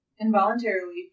involuntarily